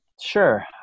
Sure